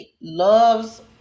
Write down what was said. loves